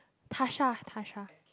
Tasha Tasha